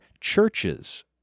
churches